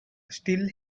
still